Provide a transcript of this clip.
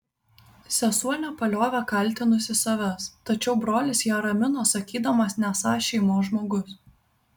sesuo nepaliovė kaltinusi savęs tačiau brolis ją ramino sakydamas nesąs šeimos žmogus